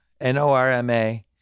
N-O-R-M-A